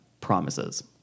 Promises